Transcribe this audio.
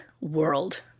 world